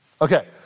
Okay